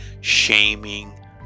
shaming